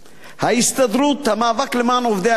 "ההסתדרות, המאבק למען עובדי הקבלן"